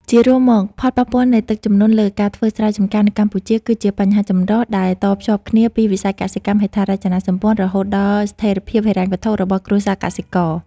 ជារួមមក ផលប៉ះពាល់នៃទឹកជំនន់លើការធ្វើស្រែចម្ការនៅកម្ពុជា គឺជាបញ្ហាចម្រុះដែលតភ្ជាប់គ្នាពីវិស័យកសិកម្ម ហេដ្ឋារចនាសម្ព័ន្ធ រហូតដល់ស្ថិរភាពហិរញ្ញវត្ថុរបស់គ្រួសារកសិករ។